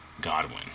Godwin